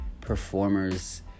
performers